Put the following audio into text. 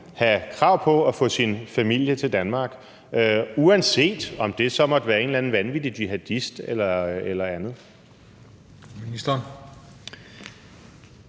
have krav på at få sin familie til Danmark, uanset om et familiemedlem så måtte være en eller anden vanvittig jihadist eller andet?